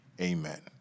Amen